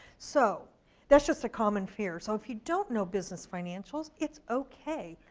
so that's just a common fear, so if you don't know business financials, it's okay.